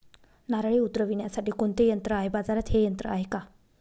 नारळे उतरविण्यासाठी कोणते यंत्र आहे? बाजारात हे यंत्र आहे का?